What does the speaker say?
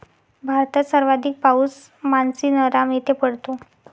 भारतात सर्वाधिक पाऊस मानसीनराम येथे पडतो